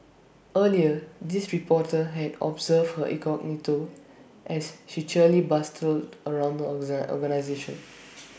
earlier this reporter had observed her incognito as she cheerily bustled around the organisation